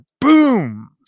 Boom